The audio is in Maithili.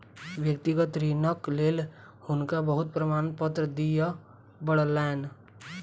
व्यक्तिगत ऋणक लेल हुनका बहुत प्रमाणपत्र दिअ पड़लैन